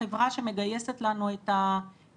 החברה שמגייסת לנו את התחקירנים,